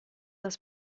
das